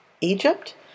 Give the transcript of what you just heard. Egypt